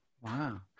Wow